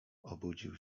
obudził